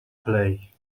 play